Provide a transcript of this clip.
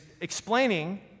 explaining